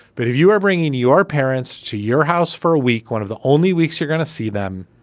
but if you are bringing your parents to your house for a week, one of the only weeks you're going to see them,